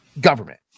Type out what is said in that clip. government